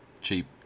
cheap